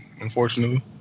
unfortunately